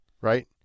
Right